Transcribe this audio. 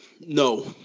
No